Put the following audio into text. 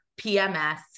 PMS